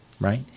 right